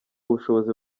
ubushobozi